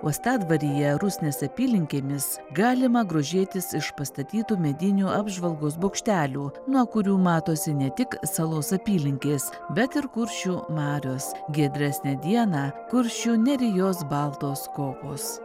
uostadvaryje rusnės apylinkėmis galima grožėtis iš pastatytų medinių apžvalgos bokštelių nuo kurių matosi ne tik salos apylinkės bet ir kuršių marios giedresnę dieną kuršių nerijos baltos kopos